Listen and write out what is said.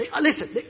Listen